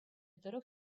тӑрӑх